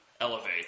elevate